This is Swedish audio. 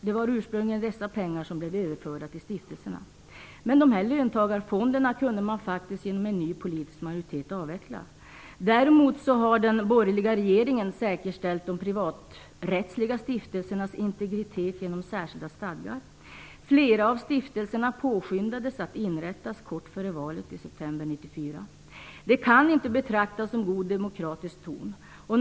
Det var ursprungligen dessa pengar som blev överförda till stiftelserna. Löntagarfonderna kunde man avveckla genom en ny politisk majoritet. Däremot har den borgerliga regeringen säkerställt de privaträttsliga stiftelsernas integritet genom särskilda stadgar. Inrättandet av flera av stiftelserna påskyndades kort före valet i september 1994. Det kan inte betraktas som god demokratisk ordning.